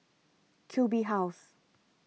Q B House